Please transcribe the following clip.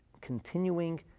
continuing